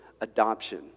adoption